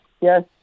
yes